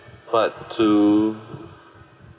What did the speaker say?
but to